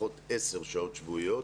לפחות 10 שעות שבועיות